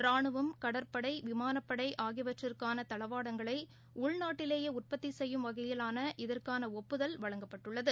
ராணுவம் கடற்படை விமானப்படை ஆகியவற்றிற்கானதளவாடங்களைஉள்நாட்டிலேயேஉற்பத்திசெய்யும் வகையில் இதற்கானஒப்புதல் வழங்கப்பட்டுள்ளது